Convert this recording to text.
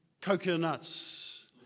coconuts